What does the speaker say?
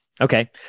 Okay